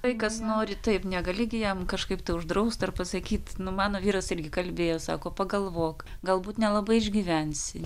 vaikas nori taip negali gi jam kažkaip tai uždraust ar pasakyt nu mano vyras irgi kalbėjo sako pagalvok galbūt nelabai išgyvensi